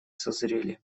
созрели